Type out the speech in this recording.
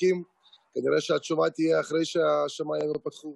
אפילו בטווח הזה.